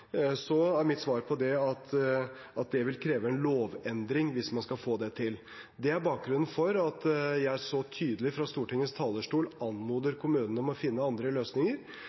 er mitt svar på det at det vil kreve en lovendring hvis man skal få det til. Det er bakgrunnen for at jeg så tydelig fra Stortingets talerstol anmoder kommunene om å finne andre løsninger.